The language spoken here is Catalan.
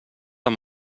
amb